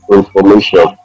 information